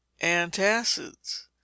Antacids